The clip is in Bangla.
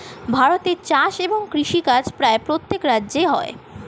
ভারতে চাষ এবং কৃষিকাজ প্রায় প্রত্যেক রাজ্যে হয়